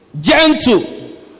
gentle